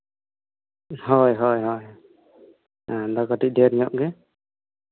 ᱦᱳᱭ ᱦᱳᱭ ᱟᱫᱚ ᱠᱟᱹᱴᱤᱡ ᱰᱷᱮᱨ ᱧᱚᱜ ᱜᱮ